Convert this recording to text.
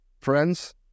Friends